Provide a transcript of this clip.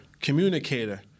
communicator